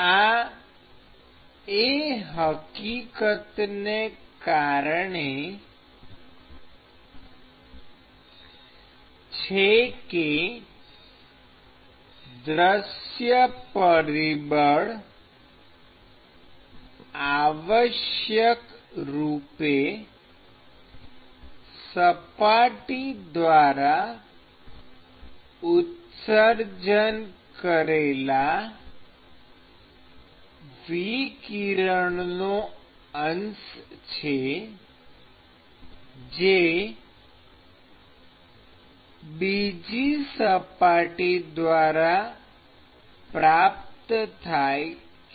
આ એ હકીકતને કારણે છે કે દૃશ્ય પરિબળ આવશ્યકરૂપે સપાટી દ્વારા ઉત્સર્જન કરેલા વિકિરણનો અંશ છે જે બીજી સપાટી દ્વારા પ્રાપ્ત થાય છે